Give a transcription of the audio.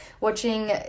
watching